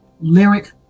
Lyric